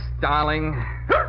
darling